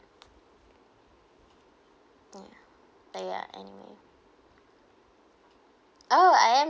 yeah like uh anime oh I am